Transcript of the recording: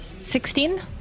Sixteen